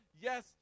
yes